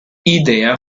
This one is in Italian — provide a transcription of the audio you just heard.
idea